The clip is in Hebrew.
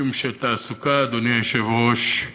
משום שתעסוקה, אדוני היושב-ראש,